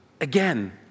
again